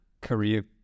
career